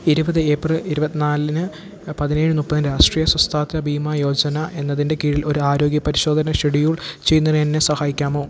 ഇരുപത് ഏപ്രില് ഇരുപത്തിനാലിന് പതിനേഴ് മുപ്പതിന് രാഷ്ട്രീയ സ്വാസ്ഥ്യ ബീമാ യോജന എന്നതിൻ്റെ കീഴിൽ ഒരാരോഗ്യ പരിശോധന ഷെഡ്യൂൾ ചെയ്യുന്നതിന് എന്നെ സഹായിക്കാമോ